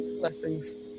blessings